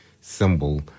symbol